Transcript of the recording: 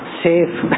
safe